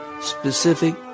specific